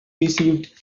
received